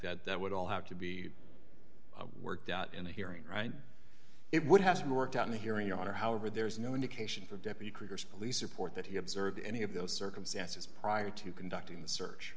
that that would all have to be worked out in a hearing right it would have to be worked out in the hearing your honor however there is no indication for deputy critters police report that he observed any of those circumstances prior to conducting the search